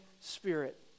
spirit